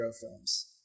films